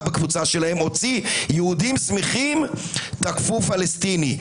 בקבוצה שלהם יהודים שמחים תקפו פלסטיני.